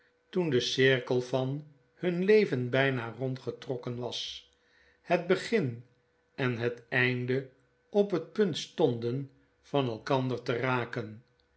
toen de cirkel van hun leven bflna rondgetrokken was het begin en het einde op het punt stonden van elkander te raken